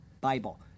Bible